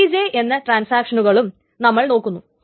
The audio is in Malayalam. Tj എന്ന എല്ലാ ട്രാൻസാക്ഷനുകളും നമ്മൾ നോക്കുന്നു